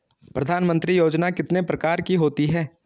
प्रधानमंत्री योजना कितने प्रकार की होती है?